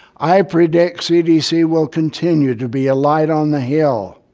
i predict cdc will continue to be a light on the hill,